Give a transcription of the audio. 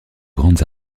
grandes